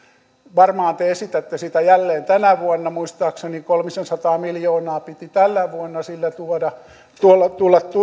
varmaan te esitätte sitä jälleen tänä vuonna muistaakseni kolmisensataa miljoonaa piti tänä vuonna sillä tulla